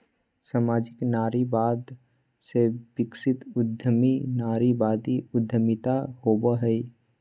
सामाजिक नारीवाद से विकसित उद्यमी नारीवादी उद्यमिता होवो हइ